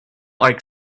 like